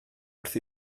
wrth